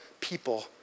people